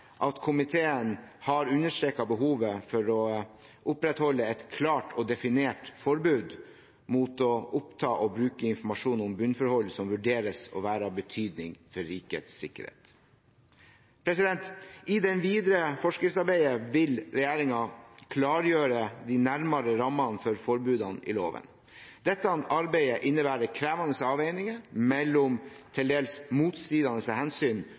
at komiteen har understreket behovet for å opprettholde et klart og definert forbud mot å oppta og bruke informasjon om bunnforhold som vurderes å være av betydning for rikets sikkerhet. I det videre forskriftsarbeidet vil regjeringen klargjøre de nærmere rammene for forbudene i loven. Dette arbeidet innebærer krevende avveininger mellom til dels motstridende hensyn